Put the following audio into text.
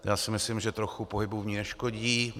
Já si myslím, že trochu pohybu v ní neškodí.